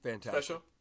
special